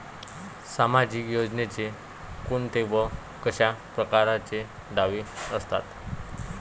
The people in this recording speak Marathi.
सामाजिक योजनेचे कोंते व कशा परकारचे दावे असतात?